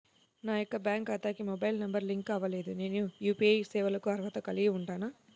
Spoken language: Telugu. నా యొక్క బ్యాంక్ ఖాతాకి మొబైల్ నంబర్ లింక్ అవ్వలేదు నేను యూ.పీ.ఐ సేవలకు అర్హత కలిగి ఉంటానా?